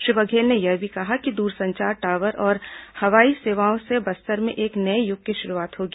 श्री बघेल ने यह भी कहा कि दूरसंचार टावर और हवाई सेवाओं से बस्तर में एक नये यूग की शुरूआत होगी